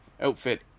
outfit